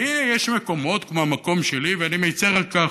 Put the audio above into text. והינה, יש מקומות, כמו המקום שלי, ואני מצר על כך.